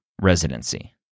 residency